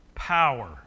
power